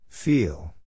Feel